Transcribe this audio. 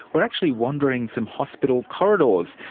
we're actually wandering some hospital corridors,